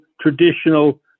traditional